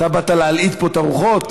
אתה באת להלהיט פה את הרוחות?